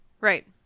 Right